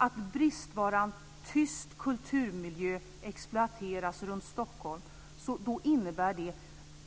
Att bristvaran tyst kulturmiljö exploateras runt Stockholm innebär